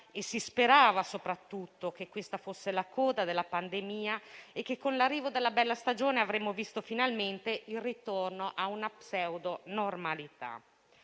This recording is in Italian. si sperava - che questa fosse la coda della pandemia e che, con l'arrivo della bella stagione, avremmo visto finalmente il ritorno a una pseudo-normalità,